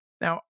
Now